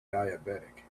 diabetic